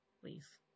Please